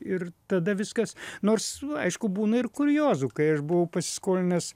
ir tada viskas nors aišku būna ir kuriozų kai aš buvau pasiskolinęs